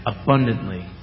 abundantly